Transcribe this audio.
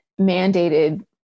mandated